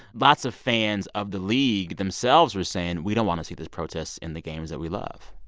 lots of fans of the league themselves were saying, we don't want to see this protest in the games that we love,